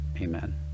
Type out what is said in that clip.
Amen